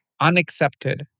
unaccepted